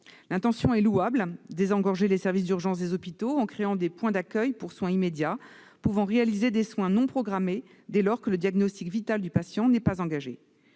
L'intention est louable : désengorger les services d'urgence des hôpitaux, en créant des points d'accueil pour soins immédiats pouvant réaliser des soins non programmés dès lors que le diagnostic vital du patient n'est pas engagé.